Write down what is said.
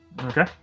Okay